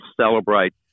celebrate